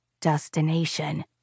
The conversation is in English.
destination